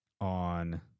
on